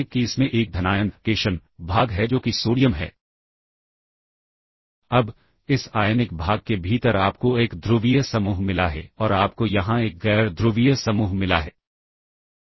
तो यह वह स्थिति है जिसके बारे में मैं दूसरे मामले में बात कर रहा था यानी यहां बी सी एच एल का मान जो भी हो